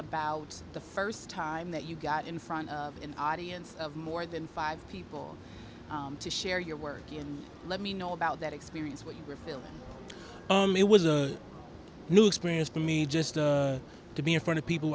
about the first time that you got in front of an audience of more than five people to share your work you let me know about that experience what you were feeling it was a new experience for me just to be in front of people